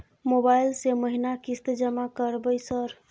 Mobile से महीना किस्त जमा करबै सर?